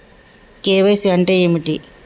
KYC అంటే ఏమిటి?